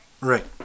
Right